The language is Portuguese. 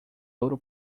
ouro